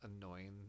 annoying